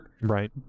Right